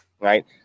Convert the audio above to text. right